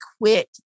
quit